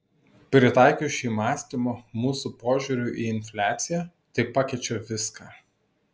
pritaikius šį mąstymą mūsų požiūriui į infliaciją tai pakeičia viską